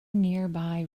nearby